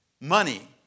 money